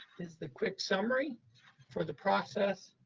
is the quick summary for the process,